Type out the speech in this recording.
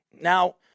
Now